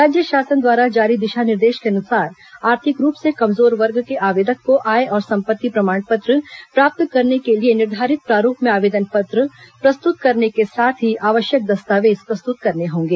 राज्य शासन द्वारा जारी दिशा निर्देश के अनुसार आर्थिक रूप से कमजोर वर्ग के आवेदक को आय और संपत्ति प्रमाण पत्र प्राप्त करने के लिए निर्धारित प्रारूप में आवेदन पत्र प्रस्तुत के साथ हीआवश्यक दस्तावेज प्रस्तुत करने होंगे